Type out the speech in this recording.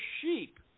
sheep